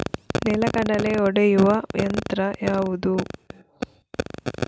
ನೆಲಗಡಲೆ ಒಡೆಯುವ ಯಂತ್ರ ಯಾವುದು?